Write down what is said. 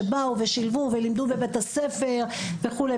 שבאו ושילבו ולימדו בבית הספר וכולי.